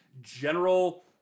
general